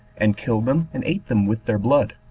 and killed them, and ate them with their blood.